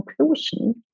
conclusion